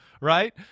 Right